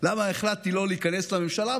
למה החלטתי לא להיכנס לממשלה,